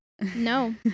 No